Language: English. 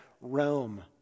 Rome